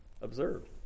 observed